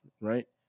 right